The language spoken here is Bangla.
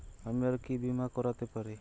আমি আর কি বীমা করাতে পারি?